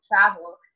travel